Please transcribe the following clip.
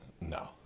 No